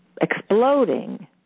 exploding